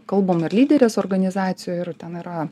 kalbam ir lyderės organizacijoj ir ten yra